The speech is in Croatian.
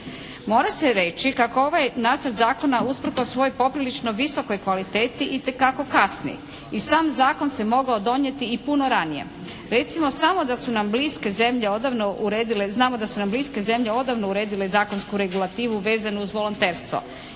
Mora se reći kako ovaj nacrt Zakona usprkos svojoj poprilično visokoj kvaliteti itekako kasni i sam zakon se mogao donijeti i puno ranije. Recimo samo da su nam bliske zemlje odavno uredile, znamo da su nam bliske